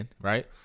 right